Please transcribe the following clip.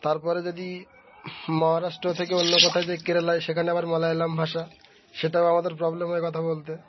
তারপরে যদি মহারাষ্ট্র থেকে অন্য কথা যে কেরালায় সেখানে আবার মালায়ালাম ভাষা সেটাও আমাদের প্রবলেম হয় কথা বলতে